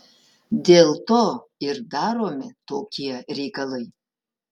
dėl to ir daromi tokie reikalai